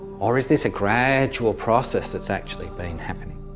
or is this a gradual process that's actually been happening?